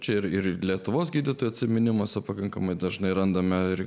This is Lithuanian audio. čia ir ir lietuvos gydytojų atsiminimuose pakankamai dažnai randame ir